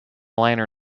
liner